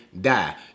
die